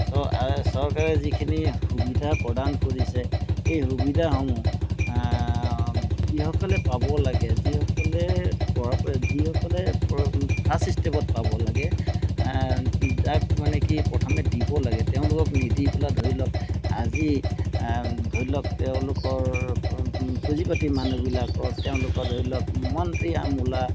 চ এই চৰকাৰে যিখিনি সুবিধা প্ৰদান কৰিছে এই সুবিধাসমূহ যিসকলে পাব লাগে যিসকলে পৰাপ যিসকলে পৰা ফাৰ্ষ্ট ষ্টেপত পাব লাগে যাক মানে কি প্ৰথমে দিব লাগে তেওঁলোকক নিদি পেলাই ধৰি লওক আজি ধৰি লওক তেওঁলোকৰ পুঁজিপাতি মানুহবিলাকৰ তেওঁলোকৰ ধৰি লওক মন্ত্ৰী আমোলা